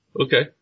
Okay